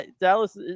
Dallas